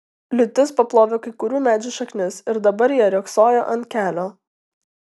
liūtis paplovė kai kurių medžių šaknis ir dabar jie riogsojo ant kelio